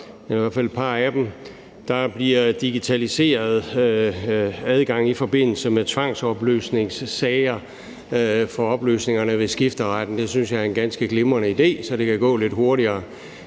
Der bliver digitaliseret adgang i forbindelse med tvangsopløsningssager i forbindelse med opløsninger ved skifteretten. Det synes jeg er en ganske glimrende idé, for så det kan gå lidt hurtigere.